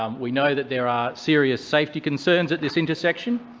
um we know that there are serious safety concerns at this intersection.